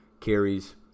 carries